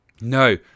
No